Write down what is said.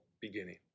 beginning